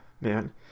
man